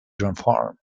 transformed